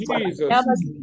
Jesus